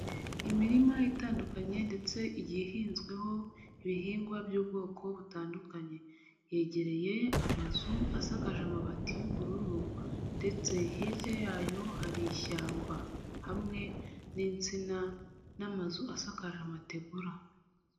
Imirima itandukanye ndetse igiye ihinzweho ibihingwa by'ubwoko butandukanye, yegereye amazu asakaje amabati y'ubururu ndetse hirya yayo hari ishyamba, hamwe n'insina n'amazu asakaje amategura.